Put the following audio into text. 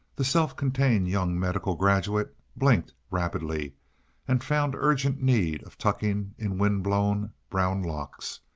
the self-contained young medical graduate, blinked rapidly and found urgent need of tucking in wind-blown, brown locks,